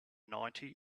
ninety